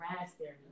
raspberry